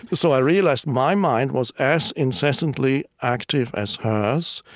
but so i realized my mind was as incessantly active as hers.